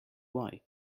why